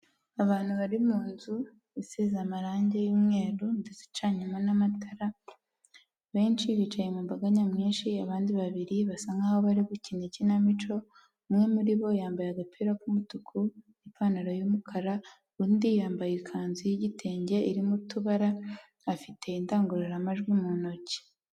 Abantu bari mu nzu isize amarangi y'umweru ndetse icanyemo n'amatara, benshi bicaye mu mbaga nyamwinshi , abandi babiri basa nk'aho bari gukina ikinamico, umwe muri bo yambaye agapira k'umutuku, ipantaro y'umukara, undi yambaye ikanzu y'igitenge irimo utubara afite indangururamajwi mu ntoki.